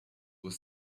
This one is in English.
were